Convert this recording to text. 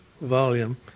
volume